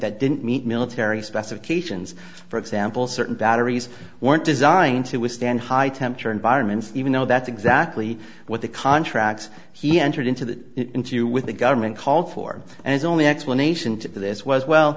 that didn't meet military specifications for example certain batteries weren't designed to withstand high temperature environments even though that's exactly what the contracts he entered into that into with the government called for and he's only explanation to this was well